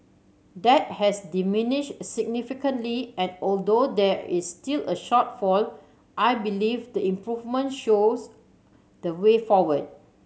that has diminished significantly and although there is still a shortfall I believe the improvement shows the way forward